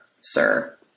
sir